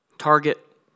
Target